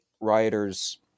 rioters